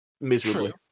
miserably